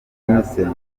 innocent